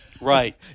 right